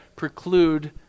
preclude